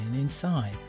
inside